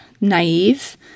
naive